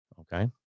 Okay